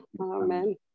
Amen